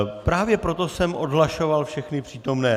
Právě proto jsem odhlašoval všechny přítomné.